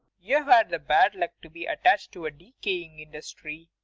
you've had the bad luck to be attached to a decaying industry.